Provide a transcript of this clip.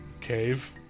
cave